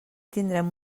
tindrem